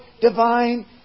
divine